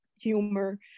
humor